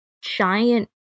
Giant